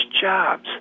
jobs